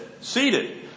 seated